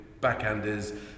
backhanders